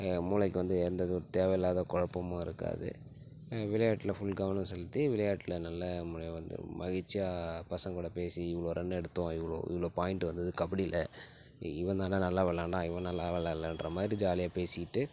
மூளைக்கு வந்து எந்த இது தேவை இல்லாத குழப்பமும் இருக்காது விளையாட்டில் ஃபுல் கவனம் செலுத்தி விளையாட்டில் நல்ல முறையாக வந்து மகிழ்ச்சியாக பசங்களோடு பேசி இவ்வளோ ரன் எடுத்தோம் இவ்வளோ பாயிண்ட் வந்தது கபடியில் இவன்தாண்டா நல்லா விளையாண்டான் இவன் நல்லா விளையாடலன்ற மாதிரி ஜாலியாக பேசிட்டு